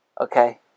Okay